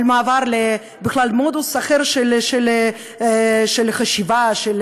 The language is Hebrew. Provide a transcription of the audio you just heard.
על מעבר למודוס אחר של חשיבה בכלל,